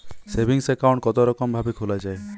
Saving account কতরকম ভাবে খোলা য়ায়?